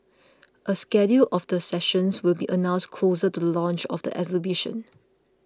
a schedule of the sessions will be announced closer to the launch of the exhibition